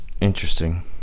Interesting